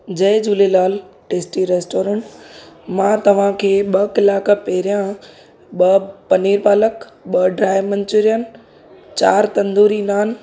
जय Jhulelal tasty restaurant मां तव्हांखे ॿ कलाक पहिरियां ॿ पनीर पालक ॿ ड्राए मन्चूरीयन चारि तंदूरी नान